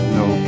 no